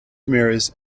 mirrors